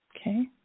Okay